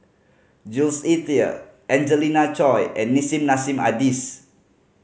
Jules Itier Angelina Choy and Nissim Nassim Adis